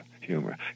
humor